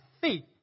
feet